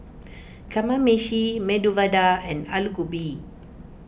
Kamameshi Medu Vada and Alu Gobi